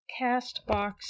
CastBox